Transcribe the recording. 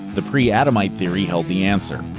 the pre-adamite theory held the answer.